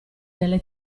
nelle